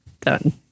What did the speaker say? Done